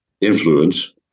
influence